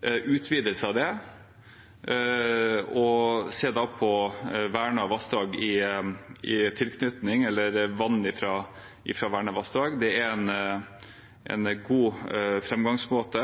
og utvidelse av dem, og i tilknytning til det se på vann fra vernede vassdrag, er en god framgangsmåte.